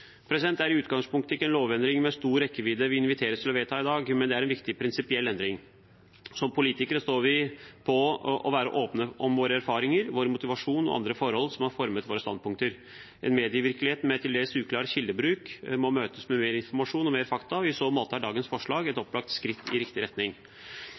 Det er i utgangspunktet ikke en lovendring med stor rekkevidde vi inviteres til å vedta i dag, men det er en viktig prinsipiell endring. Som politikere står vi oss på å være åpne om våre erfaringer, vår motivasjon og andre forhold som har formet våre standpunkter. En medievirkelighet med til dels uklar kildebruk må møtes med mer informasjon og flere fakta. I så måte er dagens forslag et opplagt skritt i riktig retning.